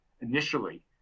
initially